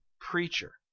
preacher